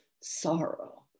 sorrow